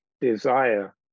desire